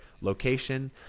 location